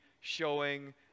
showing